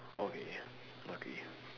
okay okay